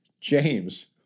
James